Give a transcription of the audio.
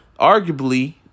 arguably